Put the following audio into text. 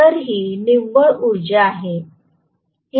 तर ही निव्वळ उर्जा असेल